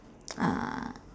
uh